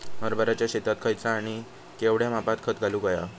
हरभराच्या शेतात खयचा आणि केवढया मापात खत घालुक व्हया?